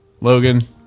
Logan